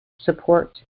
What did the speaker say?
support